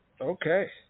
Okay